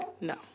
No